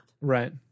Right